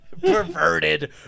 Perverted